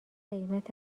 قیمت